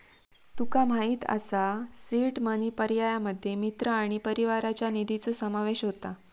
तुका माहित असा seed money पर्यायांमध्ये मित्र आणि परिवाराच्या निधीचो समावेश होता